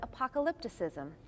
Apocalypticism